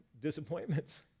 disappointments